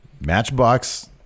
Matchbox